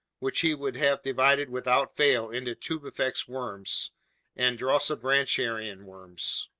which he would have divided without fail into tubifex worms and dorsibranchian worms.